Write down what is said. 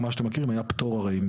מה שאתם מכירים שהיה פטור הרי,